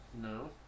No